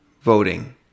voting